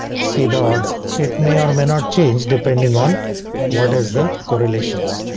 see the order. it may or may not change depending on what is the correlations.